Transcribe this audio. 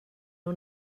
nhw